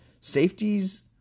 Safeties